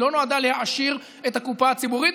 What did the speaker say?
היא לא נועדה להעשיר את הקופה הציבורית,